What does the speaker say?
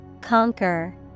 Conquer